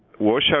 washout